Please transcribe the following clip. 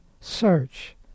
search